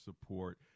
support